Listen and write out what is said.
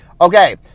Okay